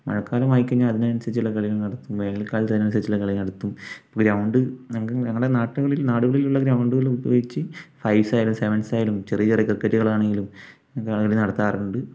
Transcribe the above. മഴക്കാലമായി കഴിഞ്ഞാൽ അതിനനുസരിച്ചുള്ള കളികൾ നടത്തും വേനൽക്കാലത്ത് അതിനനുസരിച്ചുള്ള കളി നടത്തും ഗ്രൗണ്ട് ഞങ്ങൾക്ക് ഞങ്ങളുടെ നാടുകളിൽ ഉള്ള ഗ്രൗണ്ടുകൾ ഉപയോഗിച്ച് ഫൈവ്സായാലും സെവൻസായാലും ചെറിയ ചെറിയ ക്രിക്കറ്റുകൾ ആണെങ്കിലും കളി നടത്താറുണ്ട്